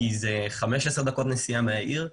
כי זה 15 דקות נסיעה מהעיר.